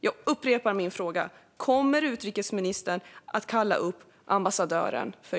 Jag upprepar min fråga: Kommer utrikesministern att kalla upp Irans ambassadör?